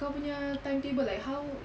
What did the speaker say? have you governor timetable like how